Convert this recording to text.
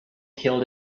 killed